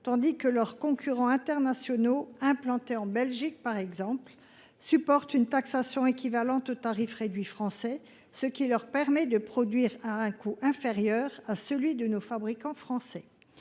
tandis que leurs concurrents internationaux, implantés en Belgique, par exemple, supportent une taxation équivalente au tarif réduit français, ce qui leur permet de produire à un coût inférieur à celui de nos fabricants.